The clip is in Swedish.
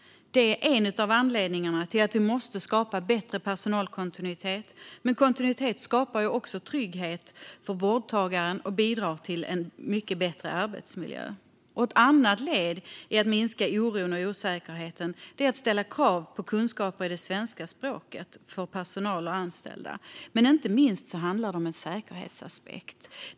Det är en av anledningarna till att vi måste skapa bättre personalkontinuitet, men kontinuitet skapar också trygghet för vårdtagaren och bidrar till en mycket bättre arbetsmiljö. Ett annat led i att minska oron och osäkerheten är att ställa krav på kunskaper i det svenska språket för personal och anställda. Men inte minst handlar det om en säkerhetsaspekt.